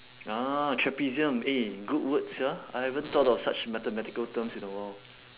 ah trapezium eh good word sia I haven't thought of such mathematical terms in a while